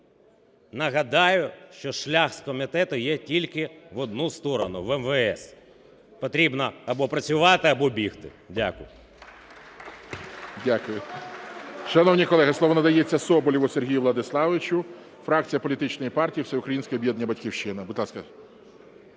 нагадаю, що шлях з комітету є тільки в одну сторону – в МВС. Потрібно або працювати, або бігти. Дякую. ГОЛОВУЮЧИЙ. Дякую. Шановні колеги, слово надається Соболєву Сергію Владиславовичу, фракція політичної партії Всеукраїнське об'єднання "Батьківщина". Будь ласка.